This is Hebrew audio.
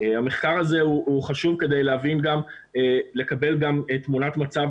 המחקר הזה הוא חשוב כדי להבין גם ולקבל תמונת מצב